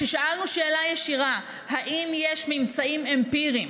כששאלנו שאלה ישירה: האם יש ממצאים אמפיריים